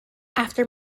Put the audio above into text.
after